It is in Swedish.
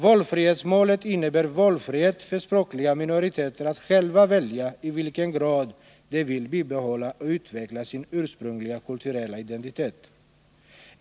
Valfrihetsmålet innebär valfrihet för medlemmar av språkliga minoriteter att själva välja i vilken grad de vill bibehålla och utveckla sin ursprungliga kulturella identitet.